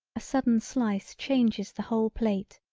a sudden slice changes the whole plate,